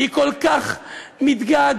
היא כל כך מתגעגעת.